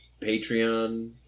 Patreon